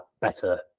better